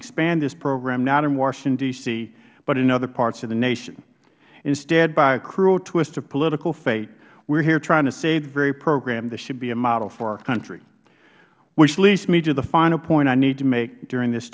expand this program not in washington d c but in other parts of the nation instead by a cruel twist of political fate we are here trying to save the very program that should be a model for our country which leads me to the final point i need to make during this